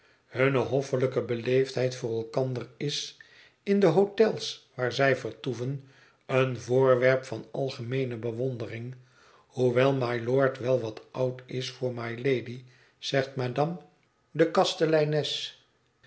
hunne hoffelijke beleefdheid voor elkander is in de hotels waar zij vertoeven een voorwerp van algemeene bewondering hoewel mylord wel wat oud is voor mylady zegt madame de